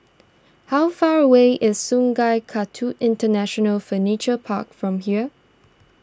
how far away is Sungei Kadut International Furniture Park from here